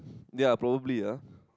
ya probably ah